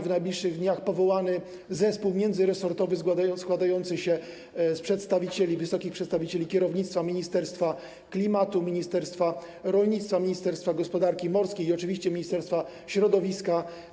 W najbliższych dniach zostanie powołany zespół międzyresortowy składający się z przedstawicieli, wysokich przedstawicieli kierownictw Ministerstwa Klimatu, ministerstwa rolnictwa, ministerstwa gospodarki morskiej i oczywiście Ministerstwa Środowiska.